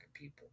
people